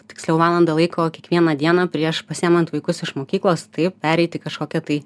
tiksliau valandą laiko kiekvieną dieną prieš pasiimant vaikus iš mokyklos taip pereiti į kažkokią tai